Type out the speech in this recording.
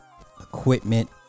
equipment